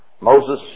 Moses